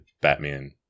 Batman